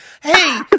Hey